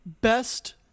best